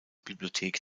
bibliothek